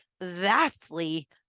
vastly